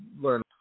learn